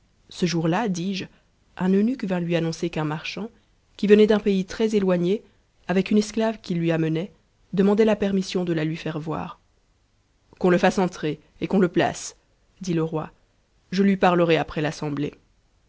ce jour-là dis-je un eunuque vint lui annoncer qu'un marchand qui venait d'un pays très éloigné avec une esclave qu'ihui amenait demandait la permission de la lui faire voir qu'on e fasse entrer et qu'on le place dit le roi je lui parlerai après l'assemblée